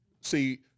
See